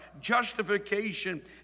justification